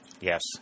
Yes